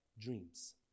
dreams